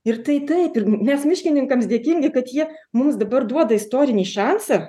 ir tai taip ir mes miškininkams dėkingi kad ji mums dabar duoda istorinį šansą